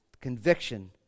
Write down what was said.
conviction